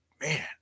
Man